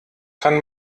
kann